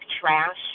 trash